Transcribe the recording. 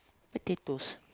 okay twos